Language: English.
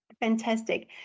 Fantastic